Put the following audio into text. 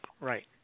right